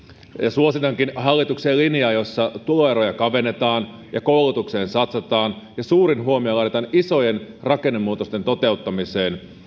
suositankin hallitukselle linjaa jossa tuloeroja kavennetaan ja koulutukseen satsataan ja suurin huomio laitetaan isojen rakennemuutosten toteuttamiseen